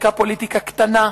חלקה פוליטיקה קטנה.